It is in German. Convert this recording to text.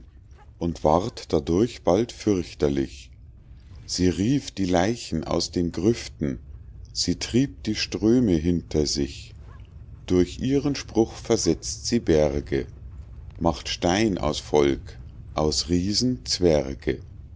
und ward dadurch bald fürchterlich sie rief die leichen aus den grüften sie trieb die ströme hinter sich durch ihren spruch versetzt sie berge macht stein aus volk aus riesen zwerge